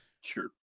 Sure